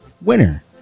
winner